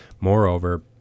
moreover